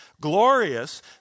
glorious